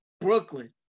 Brooklyn